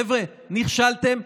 חבר'ה, נכשלתם.